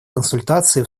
консультации